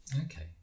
Okay